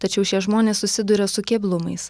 tačiau šie žmonės susiduria su keblumais